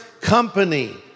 company